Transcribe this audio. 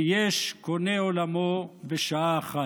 ויש קונה עולמו בשעה אחת.